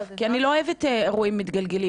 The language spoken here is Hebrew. כי אני לא אוהבת אירועים מתגלגלים,